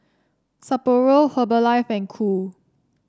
Sapporo Herbalife and Qoo